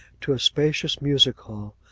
to a spacious music-hall,